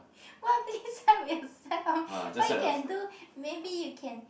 what please help yourself what you can do maybe you can